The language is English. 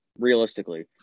realistically